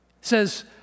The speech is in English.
says